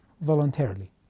voluntarily